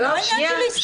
זה לא עניין של איסור.